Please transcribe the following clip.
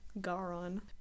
Garon